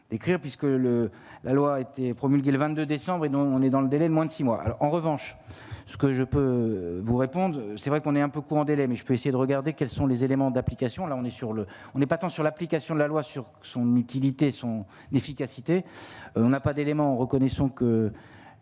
puisque le la loi a été promulguée le 22 décembre et dont on est dans le délai de moins de 6 mois, en revanche, ce que je peux vous répondre, c'est vrai qu'on est un peu court en délai mais je peux essayer de regarder quels sont les éléments d'application, là on est sur le, on n'est pas tant sur l'application de la loi sur son utilité, son efficacité, on n'a pas d'éléments, reconnaissons que